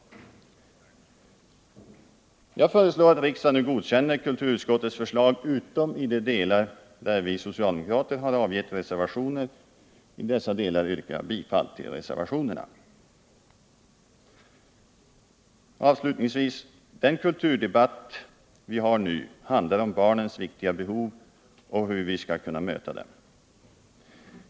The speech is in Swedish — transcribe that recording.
Jag föreslår att riksdagen nu godkänner kulturutskottets förslag utom i de delar där vi socialdemokrater har avgett reservationer. I dessa delar yrkar jag bifall till reservationerna. Avslutningsvis: Den kulturdebatt vi har nu handlar om barnens viktiga behov och hur vi skall kunna möta dem.